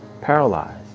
paralyzed